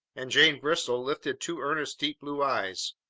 and jane bristol lifted two earnest deep-blue eyes,